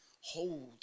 hold